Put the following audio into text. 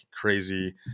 crazy